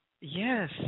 Yes